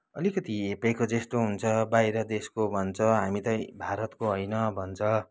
अलिकति हेपेको जस्तो हुन्छ बाहिर देशको भन्छ हामी त भारतको होइन भन्छ